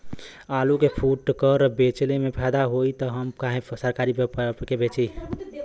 आलू के फूटकर बेंचले मे फैदा होई त हम काहे सरकारी व्यपरी के बेंचि?